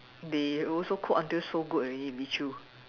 they also cook until so good already Li Choo